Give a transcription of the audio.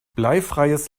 bleifreies